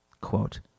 Quote